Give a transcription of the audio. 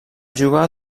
jugar